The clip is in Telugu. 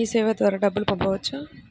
మీసేవ ద్వారా డబ్బు పంపవచ్చా?